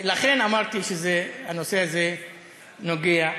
לכן אמרתי שהנושא הזה נוגע לך.